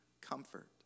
comfort